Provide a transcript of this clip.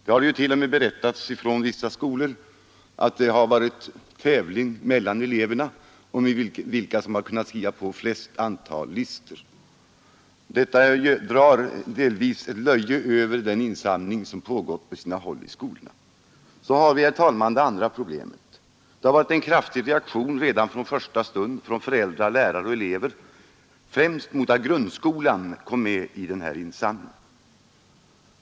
Det har t.o.m. berättats från vissa skolor att det har varit tävling mellan eleverna om vilka som har kunnat skriva på flesta antalet listor. Detta drar delvis ett löje över den insamling som pågått på sina håll i skolorna. Så har vi, herr talman, det andra problemet. Det har varit en kraftig reaktion redan från första stund från föräldrar, lärare och elever främst mot att grundskolan kom med i insamlingen.